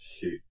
shoot